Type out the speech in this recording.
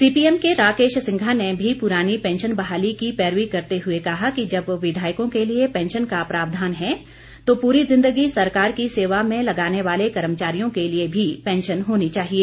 CPM के राकेश सिंघा ने भी पुरानी पैंशन बहाली की पैरवी करते हुए कहा कि जब विधायकों के लिए पैंशन का प्रावधान है तो पूरी जिंदगी सरकार की सेवा में लगाने वाले कर्मचारियों के लिए भी पैंशन होनी चाहिए